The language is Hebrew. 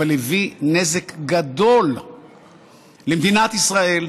אבל הביא נזק גדול למדינת ישראל,